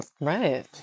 Right